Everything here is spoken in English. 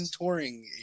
touring